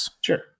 Sure